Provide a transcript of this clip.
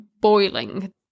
boiling